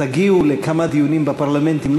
ותגיעו לכמה דיונים בפרלמנטים,